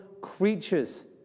creatures